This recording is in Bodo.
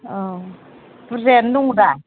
औ बुरजायानो दङ'दा